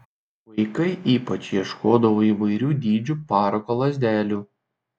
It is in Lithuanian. vaikai ypač ieškodavo įvairių dydžių parako lazdelių